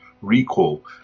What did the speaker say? recall